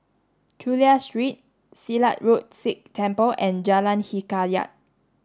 Chulia Street Silat Road Sikh Temple and Jalan Hikayat